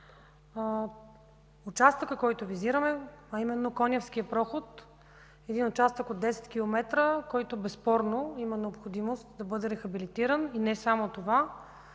участъкът, който визираме, а именно Конявският проход е един участък от 10 км, който безспорно има необходимост да бъде рехабилитиран. И не само това